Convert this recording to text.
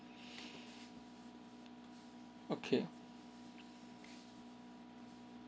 okay